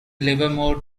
livermore